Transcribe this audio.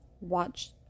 watch